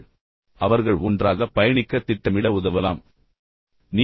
மற்றொரு வழி அவர்கள் ஒன்றாக பயணிக்கத் திட்டமிட உதவுவதாகும்